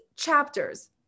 Chapters